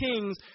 kings